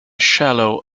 shallow